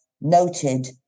noted